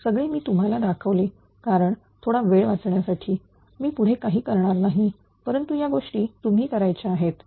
सगळे मी तुम्हाला दाखवले कारण थोडावेळ वाचण्यासाठी मी पुढे काही करणार नाही परंतु या गोष्टी तुम्ही करायचा आहेत